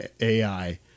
AI